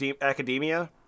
academia